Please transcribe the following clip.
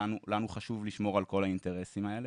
לנו חשוב לשמור על כל האינטרסים האלה.